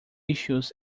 issues